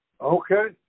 Okay